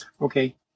okay